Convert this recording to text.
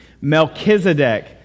Melchizedek